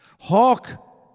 Hawk